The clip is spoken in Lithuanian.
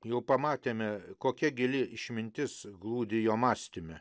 jau pamatėme kokia gili išmintis glūdi jo mąstyme